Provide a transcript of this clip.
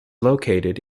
located